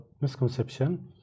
misconception